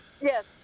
Yes